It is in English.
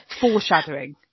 foreshadowing